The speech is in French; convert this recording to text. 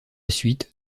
suite